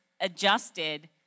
adjusted